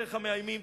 בדרך המאיימים.